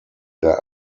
der